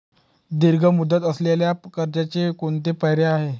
दीर्घ मुदत असलेल्या कर्जाचे कोणते पर्याय आहे?